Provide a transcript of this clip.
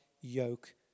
yoke